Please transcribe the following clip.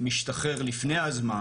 משתחרר לפני הזמן